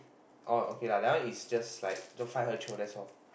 oh okay lah that one is just like don't find her chio that's all